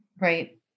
right